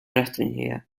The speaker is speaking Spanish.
restringida